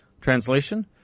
Translation